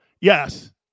Yes